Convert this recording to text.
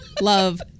love